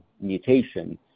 mutation